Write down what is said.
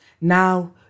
Now